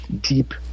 deep